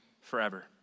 forever